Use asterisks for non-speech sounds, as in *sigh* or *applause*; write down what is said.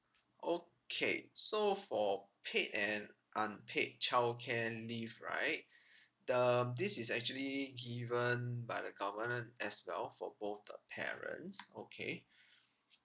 okay so for paid and unpaid childcare leave right *breath* the um this is actually given by the government as well for both the parents okay *breath*